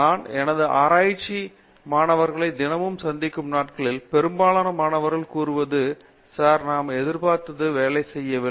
நான் எனது ஆராய்ச்சி மாணவர்களை தினமும் சந்திக்கும் நாட்களில் பெரும்பாலான மாணவர்கள் கூறுவது சார் நாம் எதிர்பார்த்தது வேலை செய்யவில்லை